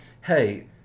hey